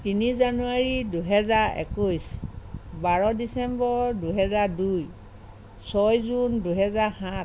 তিনি জানুৱাৰী দুহেজাৰ একৈছ বাৰ ডিচেম্বৰ দুহেজাৰ দুই ছয় জুন দুহেজাৰ সাত